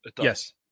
Yes